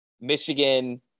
Michigan –